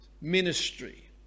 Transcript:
ministry